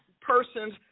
person's